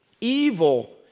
Evil